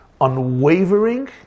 unwavering